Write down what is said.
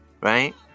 Right